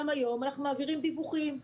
גם היום אנחנו מעבירים דיווחים.